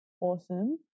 awesome